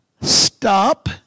stop